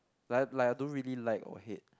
like like I don't really like or hate